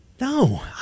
No